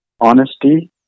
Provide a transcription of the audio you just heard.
honesty